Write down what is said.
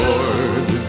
Lord